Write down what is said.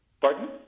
pardon